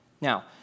Now